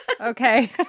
Okay